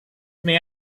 may